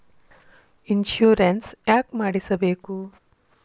Insurance ಯಾಕ್ ಮಾಡಿಸಬೇಕು?